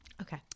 Okay